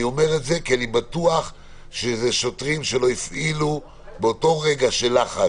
אני אומר את זה כי אני בטוח שאלה שוטרים שלא הפעילו באותו רגע של לחץ